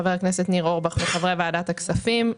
חבר הכנסת ניר אורבך וחברי ועדת הכספים.